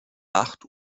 acht